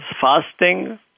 fasting